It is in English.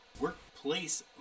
workplace